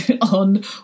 on